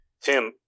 Tim